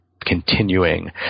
continuing